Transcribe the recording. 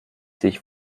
sich